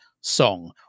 song